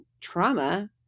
trauma